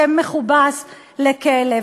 שם מכובס לכלא.